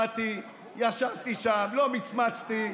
באתי, ישבתי שם, לא מצמצתי,